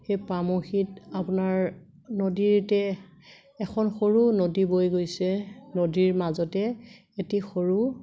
সেই পামহিত আপোনাৰ নদীতে এখন সৰু নদী বৈ গৈছে নদীৰ মাজতে এটি সৰু